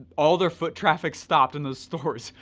all their foot traffic stopped in the stores,